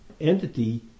entity